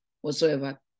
whatsoever